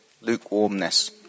lukewarmness